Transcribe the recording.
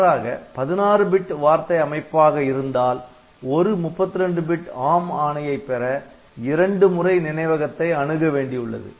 மாறாக 16 பிட் வார்த்தை அமைப்பாக இருந்தால் ஒரு 32 பிட் ARM ஆணையை பெற இரண்டு முறை நினைவகத்தை அணுக வேண்டியுள்ளது